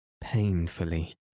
Painfully